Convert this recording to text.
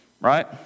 right